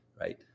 right